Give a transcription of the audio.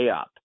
up